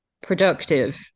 productive